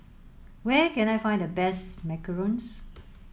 where can I find the best Macarons